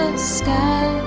sky